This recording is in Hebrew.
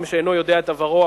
עם שאינו יודע את עברו,